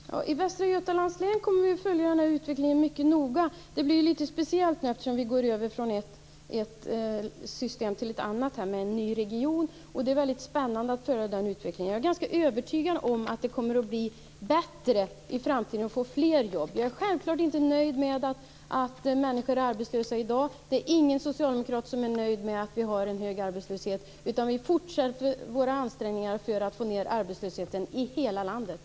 Fru talman! I Västra Götalands län kommer vi att följa denna utveckling mycket noga. Det blir ju litet speciellt eftersom vi går över från ett system till ett annat i och med att det blir en ny region. Det är väldigt spännande att följa den utvecklingen. Jag är ganska övertygad om att det kommer att bli bättre i framtiden och att det kommer att bli fler jobb. Jag är självklart inte nöjd med att människor är arbetslösa i dag. Det är ingen socialdemokrat som är nöjd med att vi har en hög arbetslöshet, utan vi fortsätter våra ansträngningar för att få ned arbetslösheten i hela landet.